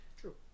True